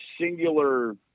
singular